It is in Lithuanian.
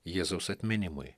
jėzaus atminimui